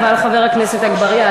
חבר הכנסת אגבאריה,